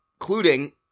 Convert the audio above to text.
including